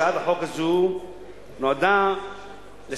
הצעת החוק הזו נועדה לסייע,